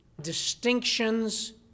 distinctions